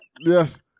Yes